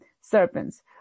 serpents